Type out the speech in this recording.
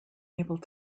able